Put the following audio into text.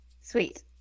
Sweet